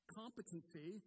competency